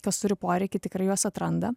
kas turi poreikį tikrai juos atranda